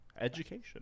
Education